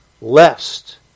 Lest